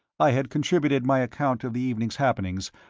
i had contributed my account of the evening's happenings,